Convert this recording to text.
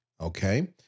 okay